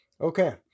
Okay